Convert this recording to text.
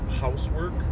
housework